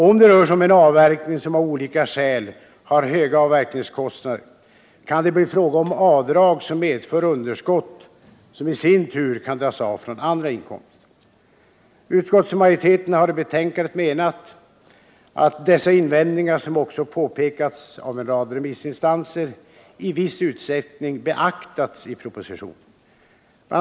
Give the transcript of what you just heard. Om det rör sig om en avverkning som av olika skäl har höga avverkningskostnader kan det bli fråga om avdrag som medför underskott som i sin tur kan dras av från andra inkomster. Utskottsmajoriteten har i betänkandet menat att dessa invändningar — som också påpekats av en rad remissinstanser — i viss utsträckning beaktats i propositionen. Bl.